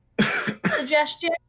suggestion